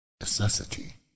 Necessity